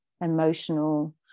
emotional